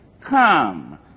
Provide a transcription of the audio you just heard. Come